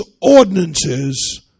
ordinances